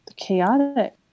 Chaotic